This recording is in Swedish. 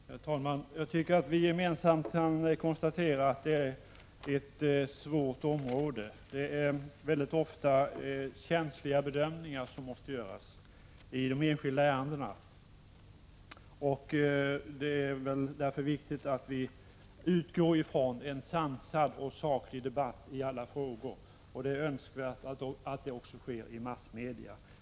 Fru talman! Jag tycker att vi gemensamt kan konstatera att detta är ett svårt område. Det måste ofta göras känsliga bedömningar i de enskilda ärendena. Det är därför viktigt att vi för en sansad och saklig debatt i alla frågor, och det är önskvärt att så sker även i massmedia.